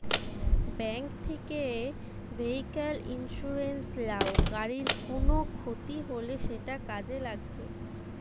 bank থিকে vehicle insurance লাও, গাড়ির কুনো ক্ষতি হলে সেটা কাজে লাগবে